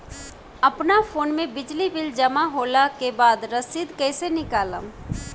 अपना फोन मे बिजली बिल जमा होला के बाद रसीद कैसे निकालम?